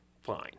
Fine